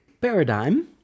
paradigm